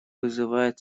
вызывает